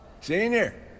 Senior